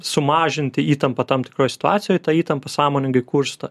sumažinti įtampą tam tikroj situacijoj tą įtampą sąmoningai kursto